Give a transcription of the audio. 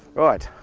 right,